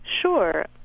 Sure